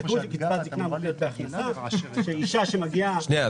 הזכאות לקצבת זקנה מותנית בהכנסה של אישה שמגיעה לגיל הפרישה.